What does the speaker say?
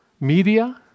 media